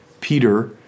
Peter